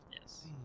Yes